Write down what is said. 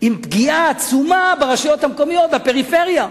עם פגיעה עצומה ברשויות המקומיות, בפריפריה,